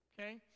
Okay